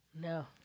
No